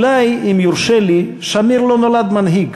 אולי, אם יורשה לי: שמיר לא נולד מנהיג,